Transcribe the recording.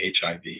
HIV